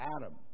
Adam